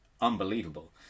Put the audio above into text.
unbelievable